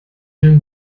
den